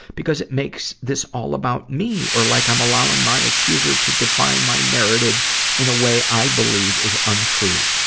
because it makes this all about me or like i'm allowing my accuser to define my narrative in a way i believe is untrue.